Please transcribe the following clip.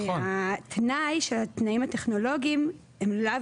התנאי של התנאים הטכנולוגיים הוא לאו